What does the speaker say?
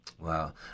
Wow